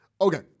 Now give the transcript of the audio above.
Okay